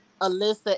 Alyssa